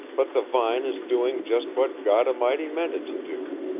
but the vine is doing just what god a'mighty meant it to do.